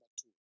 two